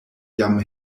jam